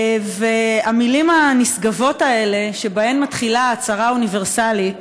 המילים הנשגבות האלה שבהן מתחילה הצהרה אוניברסלית,